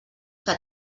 que